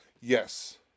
yes